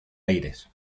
aires